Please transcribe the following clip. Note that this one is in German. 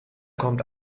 kommt